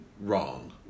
wrong